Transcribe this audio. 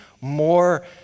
more